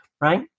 Right